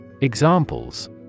Examples